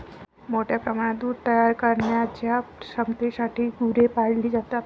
मोठ्या प्रमाणात दूध तयार करण्याच्या क्षमतेसाठी गुरे पाळली जातात